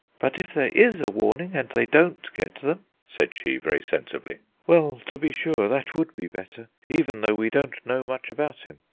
but if there is a warning and they don't get them, said she, very sensibly. well, to be sure, that would be better, even though we don't know much about him.